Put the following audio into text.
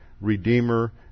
redeemer